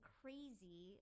crazy